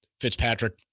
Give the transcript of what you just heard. Fitzpatrick